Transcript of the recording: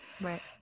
right